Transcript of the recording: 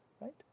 right